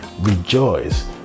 rejoice